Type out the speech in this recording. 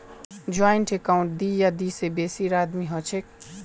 joint account दी या दी से बेसी आदमीर हछेक